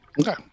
Okay